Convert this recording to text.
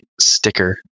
sticker